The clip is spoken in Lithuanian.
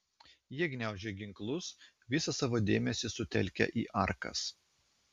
jie gniaužė ginklus visą savo dėmesį sutelkę į arkas